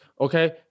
okay